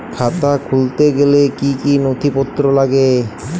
খাতা খুলতে গেলে কি কি নথিপত্র লাগে?